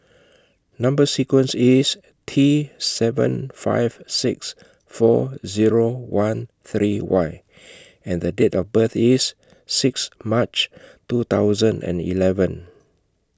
Number sequence IS T seven five six four Zero one three Y and Date of birth IS six March two thousand and eleven